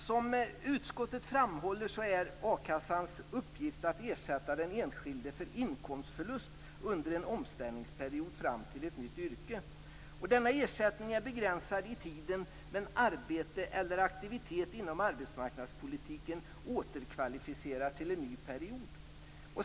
Som utskottet framhåller är a-kassans uppgift att ersätta den enskilde för inkomstförlust under en omställningsperiod fram till ett nytt yrke. Denna ersättning är begränsad i tiden, men arbete eller aktivitet inom arbetsmarknadspolitiken återkvalificerar till en ny period.